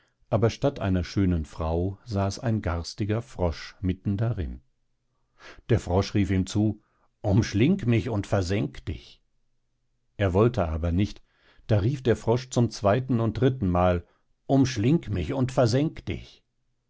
aber statt einer schönen frau saß ein garstiger frosch mitten darin der frosch rief ihm zu umschling mich und versenk dich er wollte aber nicht da rief der frosch zum zweiten und drittenmal umschling mich und versenk dich